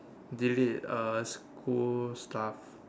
delete uh school stuff